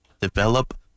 develop